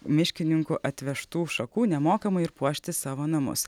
miškininkų atvežtų šakų nemokamai ir puošti savo namus